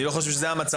אני לא חושב שזה המצב,